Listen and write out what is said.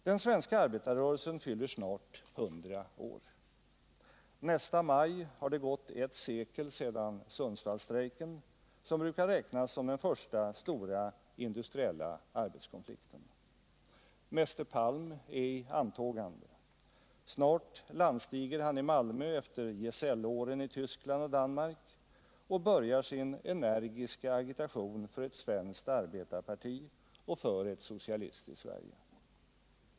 Den svenska arbetarrörelsen fyller snart 100 år. Nästa maj har det gått ett sekel sedan Sundsvallstrejken, som brukar räknas som den första stora industriella arbetskonflikten. Mäster Palm är i antågande. Snart landstiger han i Malmö efter gesällåren i Tyskland och Danmark och börjar sin energiska agitation för ett svenskt arbetarparti och för ett socialistiskt Sverige.